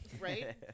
Right